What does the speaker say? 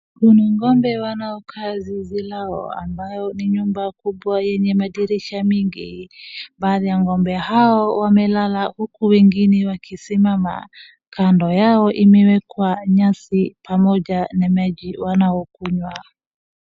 Hii ni ng'ombe wanaokaa zizi lao, ambayo ni nyumba kubwa yenye madirisha mingi. Baadhi ya ng'ombe hao wamelala huku wengine wakisimama. Kando yao imewekwa nyasi pamoja na maji wanayokunywa.